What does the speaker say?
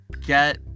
get